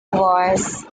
voice